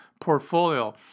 portfolio